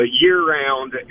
year-round